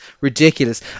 ridiculous